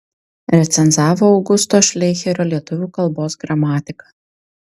recenzavo augusto šleicherio lietuvių kalbos gramatiką